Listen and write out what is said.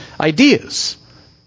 ideas